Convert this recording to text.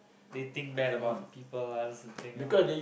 they think bad about people lah that's the thing ah but